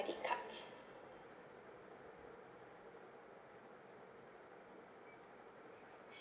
cards